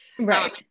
Right